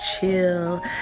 chill